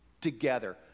together